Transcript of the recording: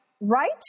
Right